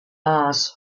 mars